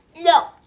No